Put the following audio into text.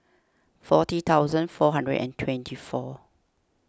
forty thousand four hundred and twenty four